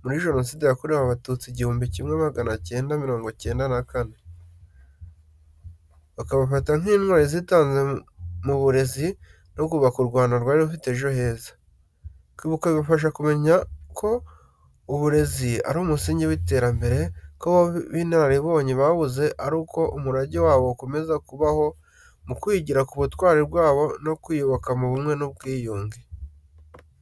muri Jenoside yakorewe Abatutsi igihumbi kimwe magana cyenda mirongo icyenda na kane. Bakabafata nk’intwari zitanze mu burezi no kubaka u Rwanda rwari rufite ejo heza. Kwibuka bibafasha kumenya ko uburezi ari umusingi w’iterambere, ko abo b’inararibonye babuze ariko umurage wabo ukomeza kubaho mu kwigira ku butwari bwabo no kwiyubaka mu bumwe n’ubwiyunge.